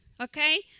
Okay